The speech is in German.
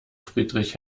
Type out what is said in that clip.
friedrich